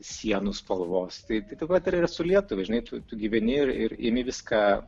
sienų spalvos tai tai vat yra su lietuva žinai tu gyveni ir imi viską